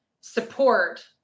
support